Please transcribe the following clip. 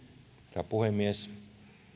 herra puhemies